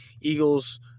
Eagles